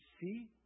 see